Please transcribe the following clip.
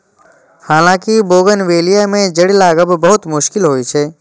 हालांकि बोगनवेलिया मे जड़ि लागब बहुत मुश्किल होइ छै